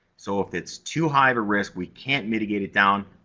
so, if it's too high of a risk, we can't mitigate it down,